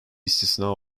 istisna